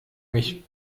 mich